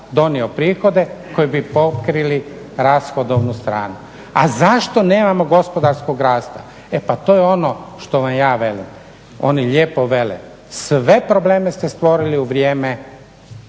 donio prihode koji bi pokrili rashodovnu stranu. A zašto nemamo gospodarskog rasta? E pa to je ono što vam ja velim, oni lijepo vele sve probleme ste stvorili u vrijeme